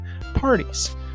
parties